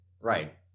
Right